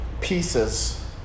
pieces